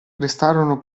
restarono